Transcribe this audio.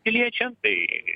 piliečiam tai